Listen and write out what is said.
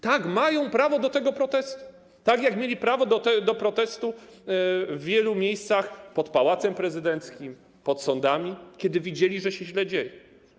Tak, mają prawo do tego protestu, tak jak mieli prawo do protestu w wielu miejscach: pod Pałacem Prezydenckim, pod sądami, kiedy widzieli, że źle się dzieje.